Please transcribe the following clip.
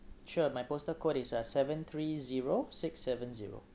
sure my postal code is uh seven three zero six seven zero